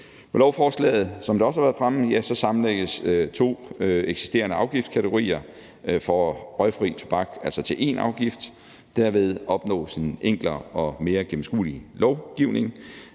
har været fremme, to eksisterende afgiftskategorier for røgfri tobak altså til en afgift. Derved opnås en enklere og mere gennemskuelig lovgivning.